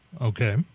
Okay